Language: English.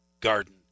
garden